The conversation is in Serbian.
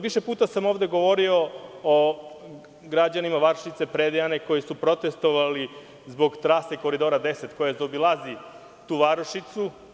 Više puta sam ovde govorio o građanima varošice Predejane koji su protestovali zbog trase Koridora 10, koja zaobilazi tu varošicu.